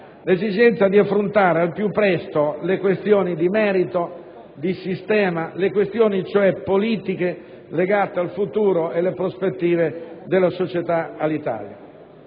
l'esigenza di affrontare al più presto le questioni di merito, di sistema, cioè le questioni politiche legate al futuro e alle prospettive della società Alitalia.